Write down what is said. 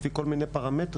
לפי כל מיני פרמטרים,